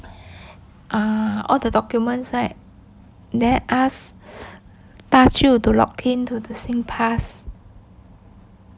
ah all the documents side then ask 大舅 to lock in to the singpass